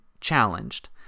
challenged